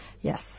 Yes